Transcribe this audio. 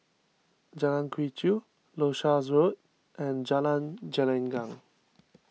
Jalan Quee Chew Leuchars Road and Jalan Gelenggang